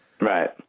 Right